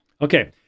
okay